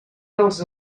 dels